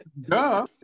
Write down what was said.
duh